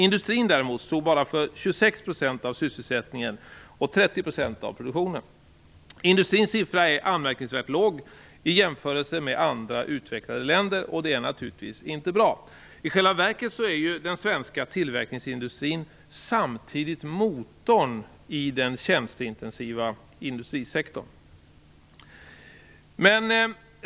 Industrin stod däremot bara för 26 % av sysselsättningen och för 30 % av produktionen. Industrins siffra är anmärkningsvärt låg i jämförelse med andra utvecklade länders, och detta är naturligtvis inte bra. I själva verket är den svenska tillverkningsindustrin samtidigt motorn i den tjänsteintensiva industrisektorn.